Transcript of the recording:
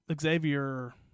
Xavier